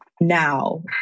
now